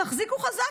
תחזיקו חזק,